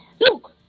look